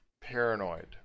paranoid